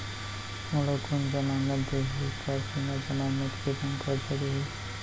मोला कोन जमानत देहि का बिना जमानत के बैंक करजा दे दिही?